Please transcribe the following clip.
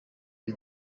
lui